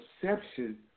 perception